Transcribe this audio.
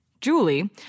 Julie